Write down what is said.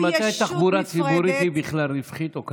ממתי תחבורה ציבורית היא בכלל רווחית או כלכלית?